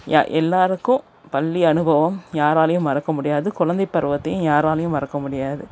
யா எல்லோருக்கும் பள்ளி அனுபவம் யாராலையும் மறக்க முடியாது குழந்தை பருவத்தையும் யாராலையும் மறக்க முடியாது